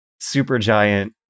Supergiant